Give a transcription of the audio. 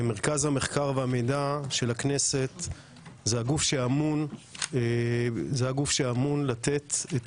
מרכז המחקר והמידע של הכנסת זה הגוף שאמון לתת את